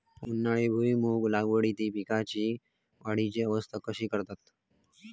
उन्हाळी भुईमूग लागवडीत पीकांच्या वाढीची अवस्था कशी करतत?